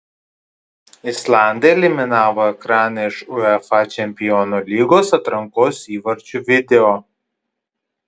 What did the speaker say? islandai eliminavo ekraną iš uefa čempionų lygos atrankos įvarčių video